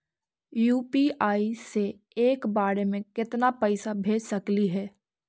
UPI से एक बार मे केतना पैसा भेज सकली हे?